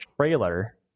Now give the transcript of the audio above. trailer